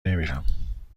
نمیرم